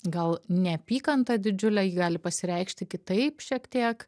gal neapykanta didžiule ji gali pasireikšti kitaip šiek tiek